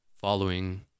following